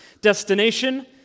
destination